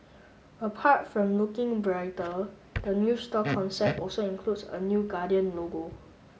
apart from looking brighter the new store concept also includes a new Guardian logo